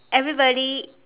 everybody